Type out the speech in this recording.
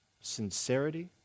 sincerity